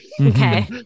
okay